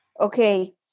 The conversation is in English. Okay